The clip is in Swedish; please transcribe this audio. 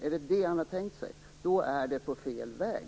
Om det är det han har tänkt sig är det fel väg.